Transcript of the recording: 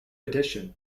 addition